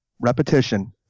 Repetition